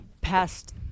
past